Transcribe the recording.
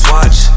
Watch